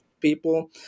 people